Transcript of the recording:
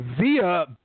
Via